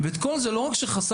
את כל זה לא רק שחסכנו,